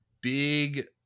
big